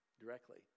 directly